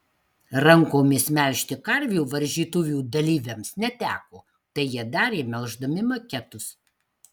rankomis melžti karvių varžytuvių dalyviams neteko tai jie darė melždami maketus